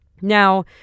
Now